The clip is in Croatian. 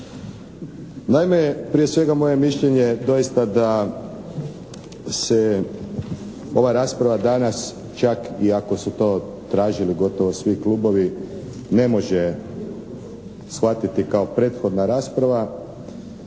Naime, prije svega moje mišljenje je doista da se ova rasprava danas čak i ako su to tražili gotovo svi klubovi, ne može shvatiti kao prethodna rasprava,